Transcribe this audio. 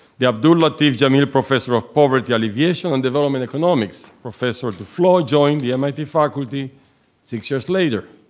the abdul latif jameel a professor of poverty alleviation and development economics professor duflo joined the mit faculty six years later.